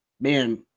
Man